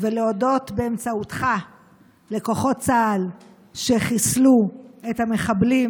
ולהודות באמצעותך לכוחות צה"ל שחיסלו את המחבלים.